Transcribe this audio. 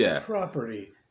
property